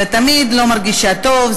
זה תמיד שהאישה לא מרגישה טוב,